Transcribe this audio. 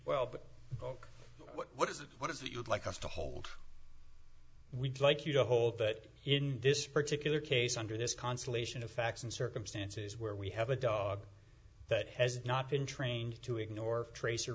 well but what is it what is it you'd like us to hold we'd like you to hold but in this particular case under this constellation of facts and circumstances where we have a dog that has not been trained to ignore trace